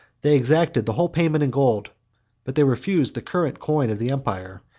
they exacted the whole payment in gold but they refused the current coin of the empire,